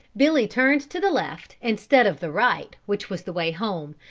billy turned to the left, instead of the right which was the way home,